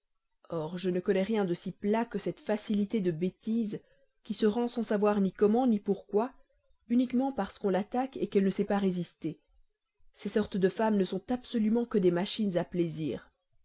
or je ne connais rien de plus plat que cette facilité de bêtise qui se rend sans savoir ni comment ni pourquoi uniquement parce qu'on l'attaque qu'elle ne sait pas résister ces sortes de femmes ne sont absolument que des machines à plaisir